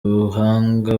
ubuhanga